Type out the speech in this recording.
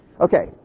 Okay